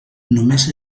només